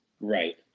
Right